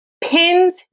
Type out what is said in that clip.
pins